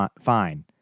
fine